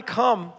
come